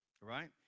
right